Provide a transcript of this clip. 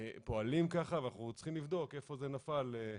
פועלים ככה וצריכים לבדוק איפה זה נפל.